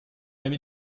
amie